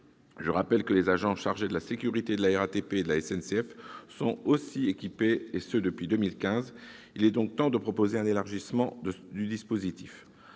Je rappelle que les agents chargés de la sécurité de la RATP et de la SNCF sont aussi équipés de ce dispositif, et ce depuis 2015. Il est donc temps d'en proposer un élargissement. En cet